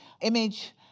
image